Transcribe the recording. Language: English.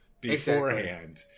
beforehand